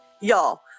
y'all